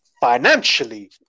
Financially